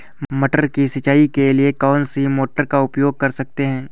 मटर की सिंचाई के लिए कौन सी मोटर का उपयोग कर सकते हैं?